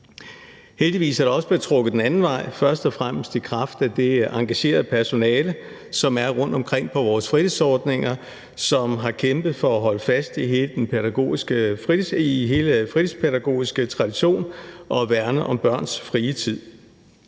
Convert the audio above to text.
Heldigvis er der også blevet trukket den anden vej, først og fremmest i kraft af det engagerede personale, som er rundtomkring på vores fritidsordninger, og som har kæmpet for at holde fast i hele den fritidspædagogiske tradition og værne om børns frie tid.